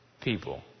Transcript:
people